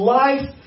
life